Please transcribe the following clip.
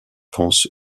pense